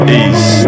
east